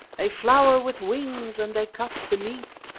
a flower with wings and a cup beneath.